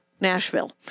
Nashville